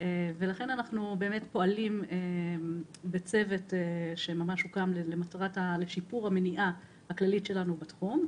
לכן אנחנו פועלים בצוות שהוקם לשיפור המניעה הכללית שלנו בתחום,